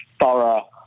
thorough